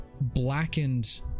blackened